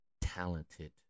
talented